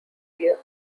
rear